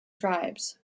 tribes